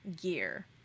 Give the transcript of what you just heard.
gear